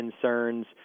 concerns